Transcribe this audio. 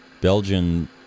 Belgian